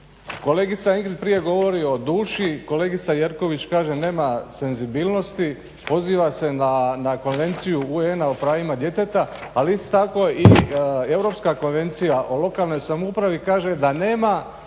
Kolegica Ingrid prije govori o duši, kolegica Jerković kaže nema senzibilnosti, poziva se na konvenciju UN-a o pravima djeteta, ali isto tako i Europska konvencija o lokalnoj samoupravi kaže da nema davanja novih